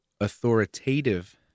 authoritative